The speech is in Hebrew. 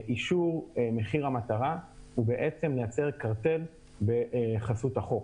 אישור מחיר המטרה מייצר קרטל בחסות החוק.